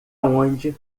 onde